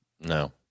No